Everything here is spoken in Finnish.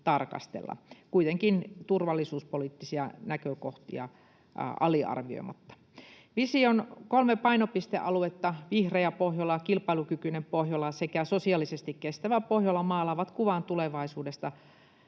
kuitenkaan turvallisuuspoliittisia näkökohtia aliarvioimatta. Vision kolme painopistealuetta — vihreä Pohjola, kilpailukykyinen Pohjola sekä sosiaalisesti kestävä Pohjola — maalaavat kuvan tulevaisuudesta,